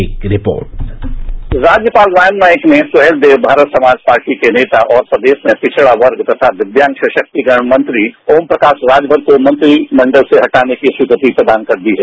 एक रिपोर्ट राज्यपाल राम नाईक ने सुहेलदेव भारत समाज पार्टी के नेता और स्वदेश में पिछड़ा वर्ग तथा दिव्यांग सशक्तिकरण मंत्री ओमप्रकाश राजभर को मंत्रिमंडल से हटाने की स्वीकृति प्रदान कर दी है